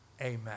Amen